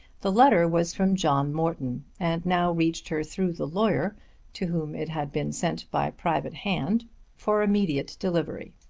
the letter was from john morton and now reached her through the lawyer to whom it had been sent by private hand for immediate delivery.